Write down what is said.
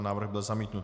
Návrh byl zamítnut.